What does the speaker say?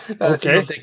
Okay